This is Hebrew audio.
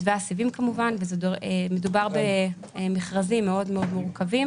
מתווה הסיבים כמובן מדובר במכרזים מאוד מאוד מורכבים